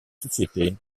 société